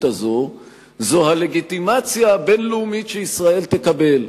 הזאת הלגיטימציה הבין-לאומית שישראל תקבל,